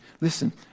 Listen